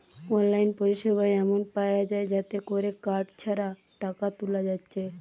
online পরিসেবা এমন পায়া যায় যাতে কোরে কার্ড ছাড়া টাকা তুলা যাচ্ছে